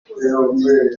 quel